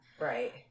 right